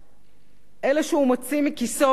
אלה שהוא מוציא מכיסו, ב-90%,